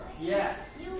Yes